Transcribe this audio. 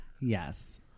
Yes